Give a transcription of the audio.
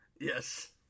Yes